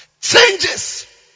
changes